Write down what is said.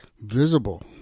visible